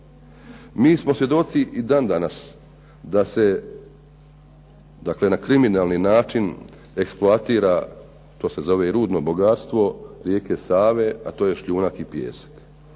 Mi smo svjedoci i dan danas da se dakle, na kriminalni način eksploatira, to se zove i rudno bogatstvo rijeke Save, a to je šljunak i pijesak.